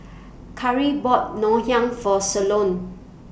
Karri bought Ngoh Hiang For Sloane